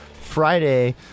Friday